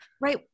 Right